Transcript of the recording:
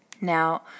Now